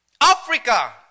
Africa